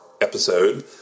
episode